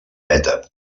beta